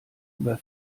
über